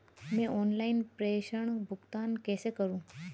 मैं ऑनलाइन प्रेषण भुगतान कैसे करूँ?